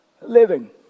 living